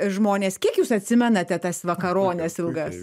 žmonės kiek jūs atsimenate tas vakarones ilgas